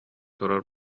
турар